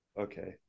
okay